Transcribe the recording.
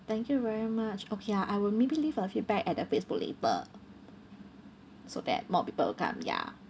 thank you very much okay uh I will maybe leave a feedback at the facebook later so that more people will come ya